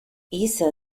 isa